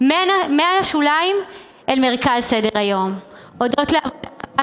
שודרגה מהשוליים אל מרכז סדר-היום הודות לעבודה הרבה